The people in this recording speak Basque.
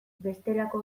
bestelako